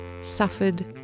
suffered